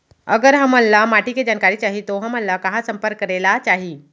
अगर हमन ला माटी के जानकारी चाही तो हमन ला कहाँ संपर्क करे ला चाही?